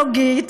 המיתולוגית,